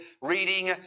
reading